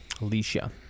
alicia